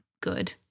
good